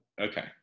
Okay